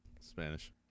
Spanish